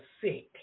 sick